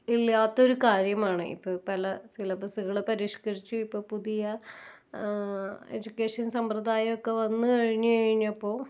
ഇല്ലാത്തൊരു കാര്യമാണ് ഇത് പല സിലബസുകൾ പരിഷ്കരിച്ച് ഇപ്പം പുതിയ എജ്യൂക്കേഷൻ സമ്പ്രദായം ഒക്കെ വന്നുകഴിഞ്ഞു കഴിഞ്ഞപ്പോൾ